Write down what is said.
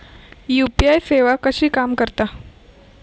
UPI सेवा कशी काम करता?